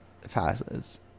passes